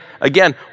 again